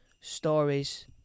stories